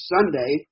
Sunday